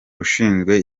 ushinzwe